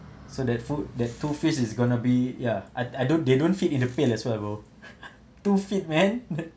so that food that two face is going to be yeah I I don't they don't fit in the pail as well bro two feet man